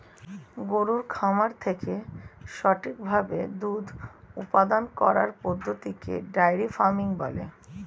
গরুর খামার থেকে সঠিক ভাবে দুধ উপাদান করার পদ্ধতিকে ডেয়ারি ফার্মিং বলে